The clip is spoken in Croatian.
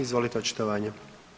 Izvolite očitovanje.